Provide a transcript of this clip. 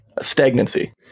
stagnancy